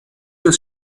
des